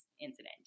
incident